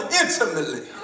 intimately